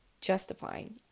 justifying